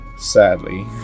sadly